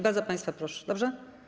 Bardzo państwa proszę, dobrze?